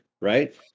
right